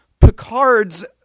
Picard's